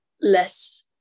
less